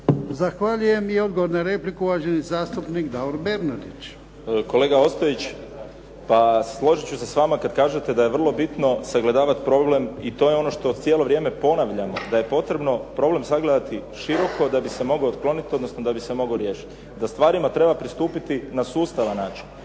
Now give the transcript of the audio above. Zahvaljujem. I odgovor na repliku uvaženi zastupnik Davor Bernardić. **Bernardić, Davor (SDP)** Kolega Ostojić, složiti ću se s vama kada kažete da je vrlo bitno sagledavati problem, i to je ono što cijelo vrijeme ponavljamo da je problem potrebno sagledati široko da bi se mogao otkloniti, odnosno da bi se mogao riješiti. Da stvarima treba pristupiti na sustavan način.